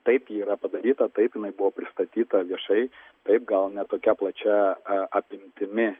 taip ji yra padaryta taip jinai buvo pristatyta viešai taip gal ne tokia plačia apimtimi